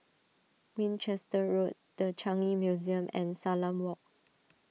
Winchester Road the Changi Museum and Salam Walk